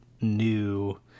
new